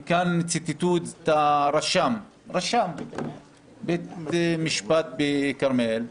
ציטטו כאן את רשם בית המשפט בכרמיאל,